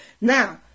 Now